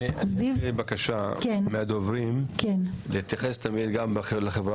יש לי בקשה מהדוברים להתייחס תמיד גם לחברה